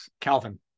Calvin